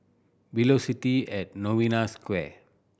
Velocity at Novena Square